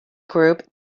group